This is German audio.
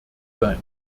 sein